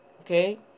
Okay